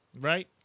Right